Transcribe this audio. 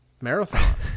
marathon